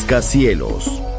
Cielos